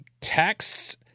text